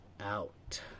out